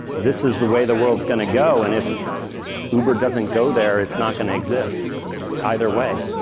this is the way the world is going to go and if uber doesn't go there, it's not going to exist either way.